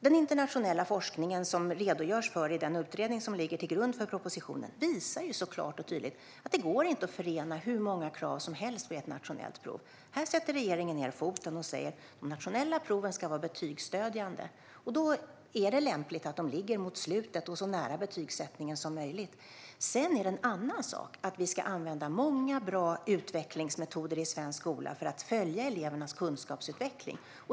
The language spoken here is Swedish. Den internationella forskning som redovisas i den utredning som ligger till grund för propositionen visar klart och tydligt att det inte går att förena hur många krav som helst i ett nationellt prov. Här sätter regeringen ned foten och säger att de nationella proven ska vara betygsstödjande. Då är det lämpligt att de ligger mot slutet och så nära betygsättningen som möjligt. Det är en annan sak att vi ska använda många, bra utvecklingsmetoder i svensk skola för att följa elevernas kunskapsutveckling.